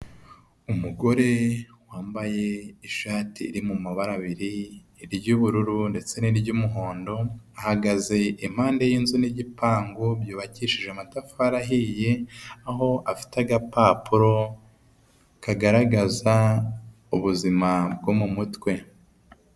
Umugore wambaye ishati iri mu mabara abiri iry'ubururu ndetse n'iryumuhondo, ahagaze impande y'inzu n'igipangu byubakishije amatafari ahiye aho afite agapapuro kagaragaza ubuzima bwo mu mutwe.